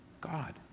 God